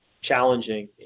challenging